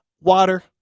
water